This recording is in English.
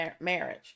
marriage